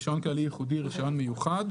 רישיון כללי ייחודי ורישיון מיוחד,